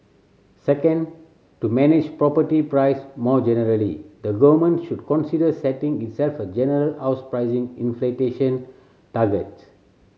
second to manage property price more generally the government should consider setting itself a general house price target